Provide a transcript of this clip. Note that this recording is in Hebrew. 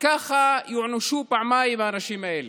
ככה ייענשו פעמיים האנשים האלה: